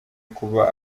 kuba